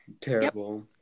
Terrible